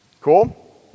Cool